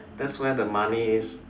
that's where the money is